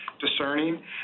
discerning